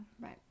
Right